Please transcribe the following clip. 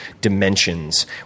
dimensions